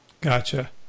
Gotcha